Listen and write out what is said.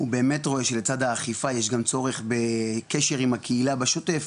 הוא באמת רואה שלצד האכיפה יש גם צורך בקשר עם הקהילה בשוטף,